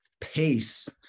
pace